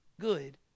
good